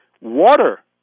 Water